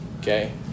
Okay